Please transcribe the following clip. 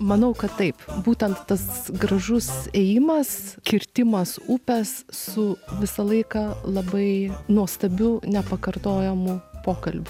manau kad taip būtent tas gražus ėjimas kirtimas upės su visą laiką labai nuostabiu nepakartojamu pokalbiu